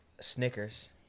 Snickers